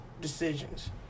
decisions